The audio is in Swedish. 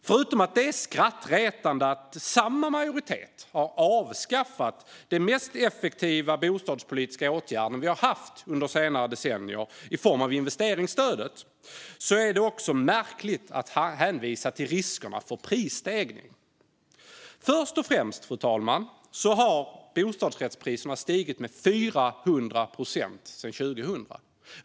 Förutom att det är skrattretande att samma majoritet avskaffade den mest framgångsrika bostadspolitiska åtgärd vi har haft under senare decennier, nämligen investeringsstödet, är det också märkligt att hänvisa till riskerna för prisstegring. Först och främst, fru talman, har bostadsrättspriserna stigit med 400 procent sedan 2000.